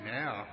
now